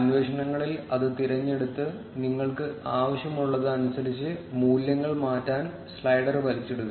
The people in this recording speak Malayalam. അന്വേഷണങ്ങളിൽ അത് തിരഞ്ഞെടുത്ത് നിങ്ങൾക്ക് ആവശ്യമുള്ളത് അനുസരിച്ച് മൂല്യങ്ങൾ മാറ്റാൻ സ്ലൈഡർ വലിച്ചിടുക